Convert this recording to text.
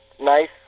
nice